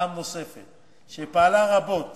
שפעלה רבות